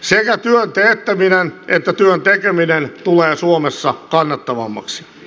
sekä työn teettäminen että työn tekeminen tulee suomessa kannattavammaksi